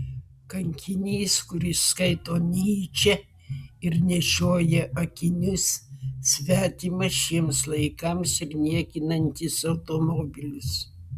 kankinys kuris skaito nyčę ir nešioja akinius svetimas šiems laikams ir niekinantis automobilius